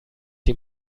sie